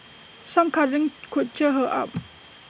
some cuddling could cheer her up